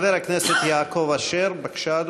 חבר הכנסת יעקב אשר, בבקשה,